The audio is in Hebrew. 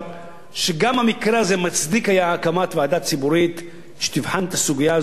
שגם המקרה הזה היה מצדיק הקמת ועדה ציבורית שתבחן את הסוגיה הזו לעומק